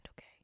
okay